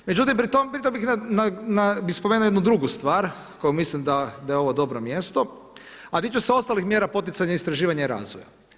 Međutim, pri tome bi spomenu jednu drugu stvar, koju mislim da je ovo dobro mjesto, a tiče se ostalih mjera poticanja istraživanja i razvoj.